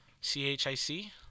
C-H-I-C